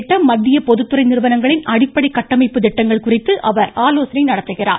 உள்ளிட்ட மத்திய பொதுத்துறை நிறுவனங்களின் அடிப்படை கட்டமைப்புத் திட்டங்கள் குறித்து அவர் ஆலோசனை மேற்கொள்கிறார்